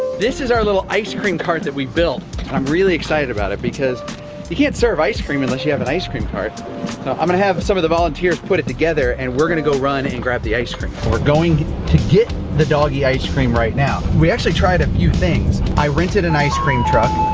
this is our little ice-cream cart that we built, and i'm really excited about it because you can't serve ice-cream unless you have an ice-cream cart. now i'm gonna have some of the volunteers put it together and we're gonna go run and grab the ice-cream. we're going to get the doggy ice-cream right now. we actually tried a few things. i rented an ice-cream truck.